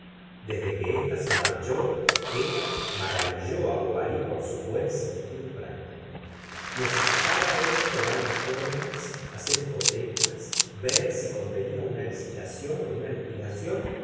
desde que ésta se marchó emma maravilló á bovary por su buen sentido práctico necesitaba él tomar informes hacer hipotecas ver si convenía una licitación ó una